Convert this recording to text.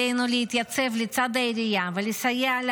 עלינו להתייצב לצד העירייה ולסייע לה